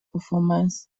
performance